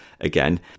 again